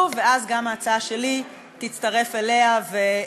אז אני רוצה לספר לו.